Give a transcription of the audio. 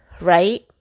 Right